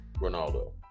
Ronaldo